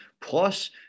Plus